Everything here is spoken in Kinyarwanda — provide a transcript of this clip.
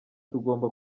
tugomba